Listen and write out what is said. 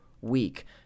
week